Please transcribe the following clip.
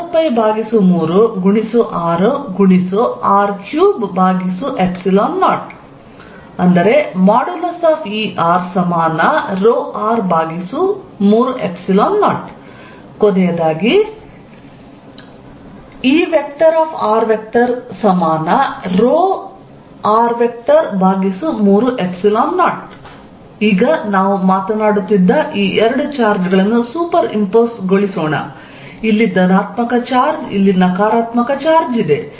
4πr24π3r30 Erρr30 Err30 ಈಗ ನಾವು ಮಾತನಾಡುತ್ತಿದ್ದ ಈ ಎರಡು ಚಾರ್ಜ್ ಗಳನ್ನು ಸೂಪರ್ ಇಂಪೋಸ್ ಗೊಳಿಸೋಣ ಇಲ್ಲಿ ಧನಾತ್ಮಕ ಚಾರ್ಜ್ ಇಲ್ಲಿ ನಕಾರಾತ್ಮಕ ಚಾರ್ಜ್ ಇದೆ